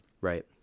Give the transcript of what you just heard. Right